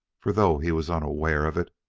for, though he was unaware of it,